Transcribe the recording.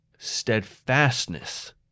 steadfastness